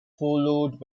followed